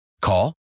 Call